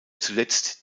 zuletzt